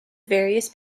various